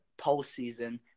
postseason